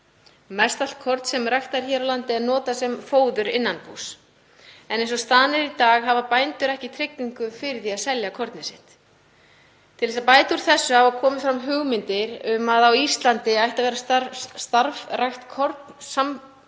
Mestallt korn sem ræktað er hér á landi er notað sem fóður innan húss en eins og staðan er í dag þá hafa bændur ekki tryggingu fyrir því að selja kornið sitt. Til að bæta úr þessu hafa komið fram hugmyndir um að á Íslandi ætti að vera starfrækt kornsamlag,